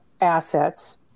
assets